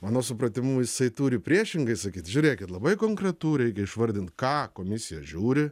mano supratimu jisai turi priešingai sakyt žiūrėkit labai konkretu reikia išvardint ką komisija žiūri